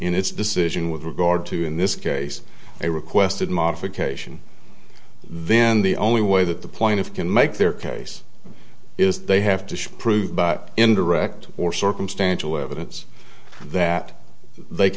in its decision with regard to in this case a requested modification then the only way that the point of can make their case is they have to prove but indirect or circumstantial evidence that they